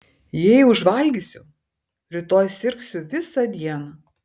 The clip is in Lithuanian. jei užvalgysiu rytoj sirgsiu visą dieną